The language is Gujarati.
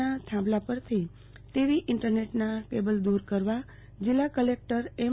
ના થાંભલા પરથી ટીવીઈન્ટરનેટના કેબલ દુર જીલ્લા કલેક્ટર એમ